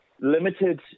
limited